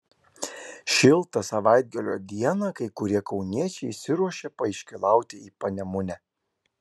šiltą savaitgalio dieną kai kurie kauniečiai išsiruošė paiškylauti į panemunę